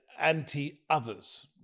anti-others